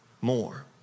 more